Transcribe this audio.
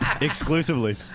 Exclusively